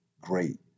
great